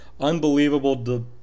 Unbelievable